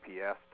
GPS